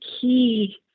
key